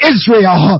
Israel